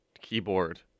keyboard